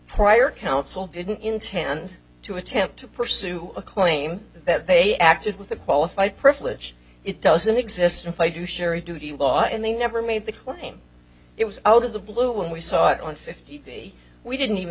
prior counsel didn't intend to attempt to pursue a claim that they acted with a qualified privilege it doesn't exist if i do share a duty law and they never made the claim it was out of the blue when we saw it on fifty p we didn't even